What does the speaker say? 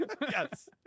Yes